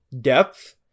depth